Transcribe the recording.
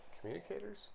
communicators